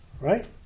right